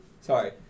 Sorry